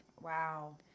Wow